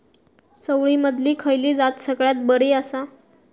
चवळीमधली खयली जात सगळ्यात बरी आसा?